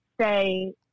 say